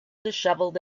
dishevelled